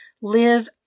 live